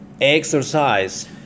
exercise